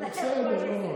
למה כועסת?